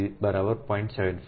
33 0